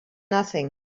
nothing